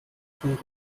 von